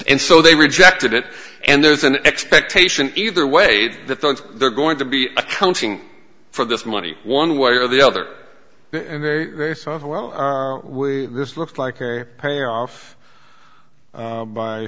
and so they rejected it and there's an expectation either way that they're going to be accounting for this money one way or the other and this looked like a payoff